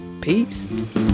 Peace